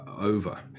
over